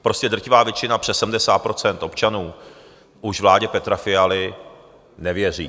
Prostě drtivá většina, přes 70 % občanů, už vládě Petra Fialy nevěří.